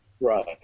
Right